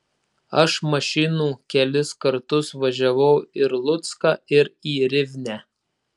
aš mašinų kelis kartus važiavau ir lucką ir į rivnę